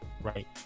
Right